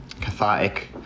cathartic